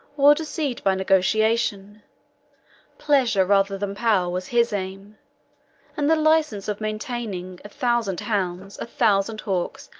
or deceived by negotiation pleasure rather than power was his aim and the license of maintaining a thousand hounds, a thousand hawks,